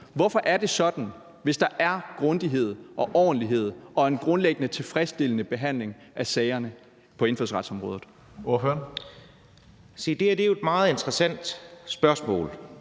Hvorfor er det sådan, hvis der er grundighed og ordentlighed og en grundlæggende tilfredsstillende behandling af sagerne på indfødsretsområdet?